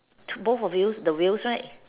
two both the wheels the wheels right